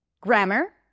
grammar